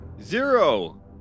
Zero